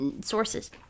sources